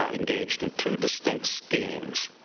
ah engaged in two distinct steam.